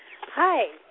Hi